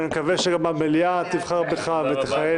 אני מקבל שגם המליאה תבחר בך ושלא תיפול שגגה תחת ידך.